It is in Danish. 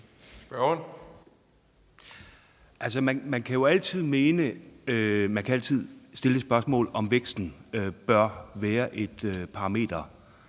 Man kan altid stille det spørgsmål, om væksten bør være et parameter